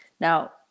Now